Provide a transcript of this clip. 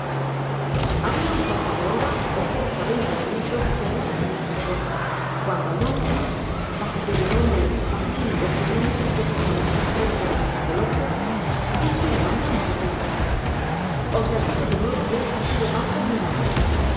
habia un cuarto de hora ó cerca veinte minutos que hablaban en esta forma cuando monks bajo cuyo nombre fagin designó muchas veces al estranjero durante su coloquio dijo elevando un poco la voz os repito de nuevo que esto ha sido mal combinado